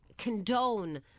condone